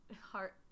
heart